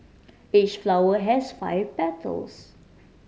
each flower has five petals